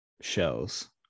shells